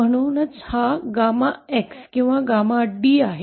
म्हणूनच हा gamma x 𝜞 किंवा D 𝜞 किंवा D आहे